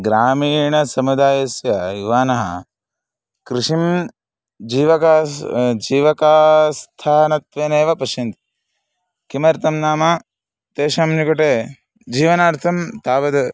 ग्रामीणसमुदायस्य युवानः कृषिं जीविका जीविकास्थानत्वेनैव पश्यन्ति किमर्थं नाम तेषां निकटे जीवनार्थं तावद्